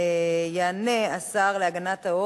9, אין מתנגדים, אין נמנעים.